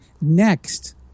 Next